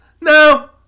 No